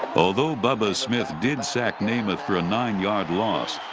although bubba smith did sack namath for a nine yard loss,